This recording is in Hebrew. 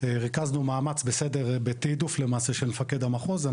ריכזנו מאמץ בתעדוף, למעשה, של מפקד המחוז.